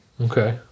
Okay